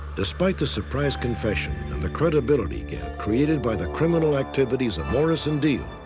despite the surprise confession and the credibility gap created by the criminal activities of morris and diehl,